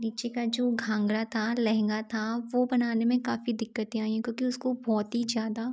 नीचे का जो घागरा था लहंगा था वो बनाने में काफ़ी दिक्कतें आई हैं क्योंकि उसको बहुत ही ज़्यादा